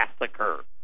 massacre